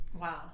Wow